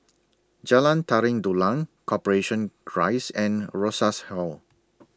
Jalan Tari Dulang Corporation Rise and Rosas Hall